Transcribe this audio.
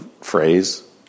phrase